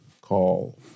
call